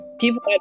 people